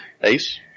Ace